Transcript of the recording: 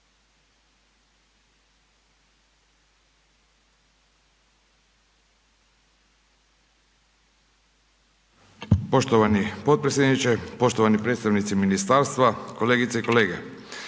Poštovani potpredsjedniče, poštovani predstavnici ministarstva, kolegice i kolege.